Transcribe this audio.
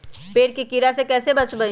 पेड़ के कीड़ा से कैसे बचबई?